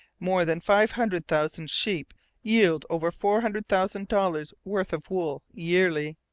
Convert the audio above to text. more than five hundred thousand sheep yield over four hundred thousand dollars' worth of wool yearly.